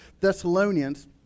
Thessalonians